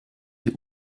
die